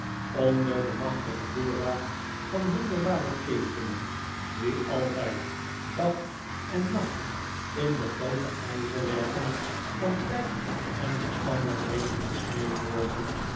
onder den machtigen voorraad van wonderbare ketenen die altljd dag en nacht in de groote jjzerwerken van tijd en omstandigheden gesmeed worden